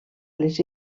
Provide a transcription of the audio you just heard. les